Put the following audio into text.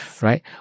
right